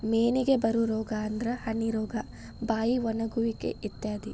ಮೇನಿಗೆ ಬರು ರೋಗಾ ಅಂದ್ರ ಹನಿ ರೋಗಾ, ಬಾಯಿ ಒಣಗುವಿಕೆ ಇತ್ಯಾದಿ